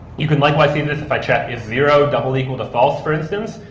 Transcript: you can likewise see this if i check, is zero double equal to false, for instance.